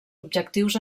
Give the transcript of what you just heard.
objectius